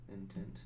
intent